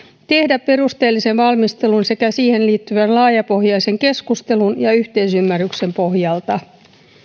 tehdä perusteellisen valmistelun sekä siihen liittyvän laajapohjaisen keskustelun ja yhteisymmärryksen pohjalta